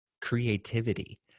creativity